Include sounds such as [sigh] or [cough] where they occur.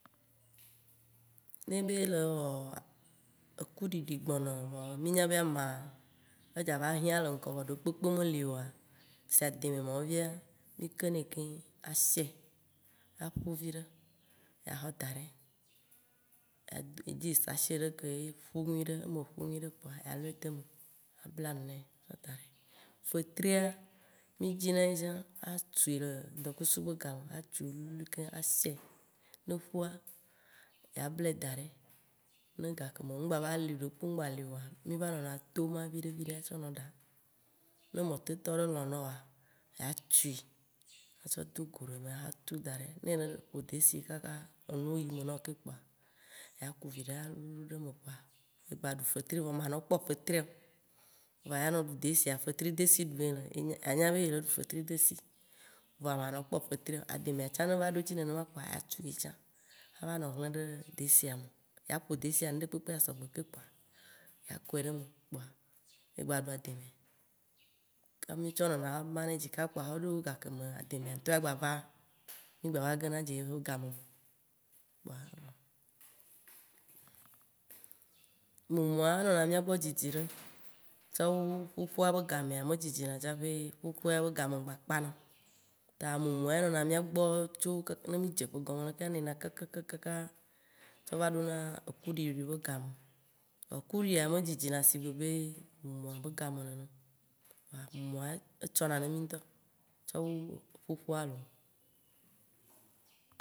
Ne be le wɔ ekuɖiɖi gbɔnɔ voa mì gna be ama edza va hiã le ŋgɔ voa ɖekpe meli oa, sie ademe mawo fia, mì ke nɛ keŋ, asie aƒu viɖe ye axɔ daɖe, [noise] adzi sachet ɖe ke ƒu nyuiɖe eme ƒu nyuiɖe kpoa alɔe de eme abla ŋu nɛ axɔ daɖe. Fetria, mì dzina ye tsã atsoe le ŋdokusu be game, atsoe wuliwuli keŋ asie, neƒua, ablae daɖe ne gakeme mgba va li oa, ɖekpe mgba va li oa, mìva nɔna to ema viɖe viɖe atsɔ nɔ ɖa. Ne mɔtetɔ ɖe lɔ̃ na wòa, ya tsui axɔ de go ɖe me axɔ tu daɖɛ. Ne ele ƒo desi kaka enuwo yi eme vɔ keŋ kpoa, ya ku viɖe alulu kɔɖe eme kpoa egba ɖu fetri vɔe ma vɔ manɔ kpɔ fetria o vɔ anɔ ɖu desia, fetri desi ɖu ele, anya be yele ɖu fetri. Ademea tsã ne va ɖo edzi nenema kpo ya tu ye tsã ava nɔ hle ɖe desia me, ya ƒo desia ŋɖekpekpe asɔ gbe keŋ kpoa ya kɔe ɖe eme kpoa, egba ɖu ademe. Ka, mì tsɔ nɔna manedzi kaka axɔ na gakeme ademea ŋtɔ la gba va, mì gba va gena dze ye be ga me kpoa. Mumua enɔna mìagbɔ dzidziɖe tsɔwu ƒuƒua be game me dzidzina tsaƒe ƒuƒua be game gba kpãna. Ta mumua ya nɔnɔ mìa gbɔ tso ka- k ne mì dze ƒe gɔme lekea, enene kakakaka tsɔ va ɖona ekuɖiɖi be game. Ekuɖiɖia me dzidzina sie be mumua be game nene o. Kpoa mumua ya etsɔna ne mì ŋtɔ tsɔ wu ƒuƒua loo.